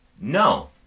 No